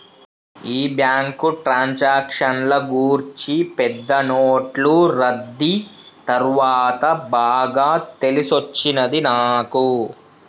ఈ బ్యాంకు ట్రాన్సాక్షన్ల గూర్చి పెద్ద నోట్లు రద్దీ తర్వాత బాగా తెలిసొచ్చినది నాకు